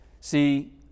See